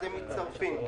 אז החבר'ה מצטרפים.